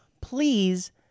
please